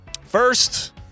First